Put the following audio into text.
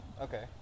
Okay